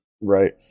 Right